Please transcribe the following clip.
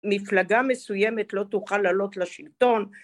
מפלגה מסוימת לא תוכל לעלות לשלטון